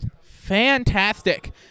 fantastic